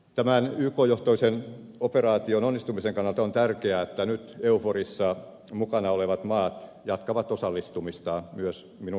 tämän yk johtoisen operaation onnistumisen kannalta on tärkeää että nyt euforissa mukana olevat maat jatkavat osallistumistaan myös minurcatissa